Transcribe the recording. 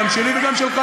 גם שלי וגם שלך,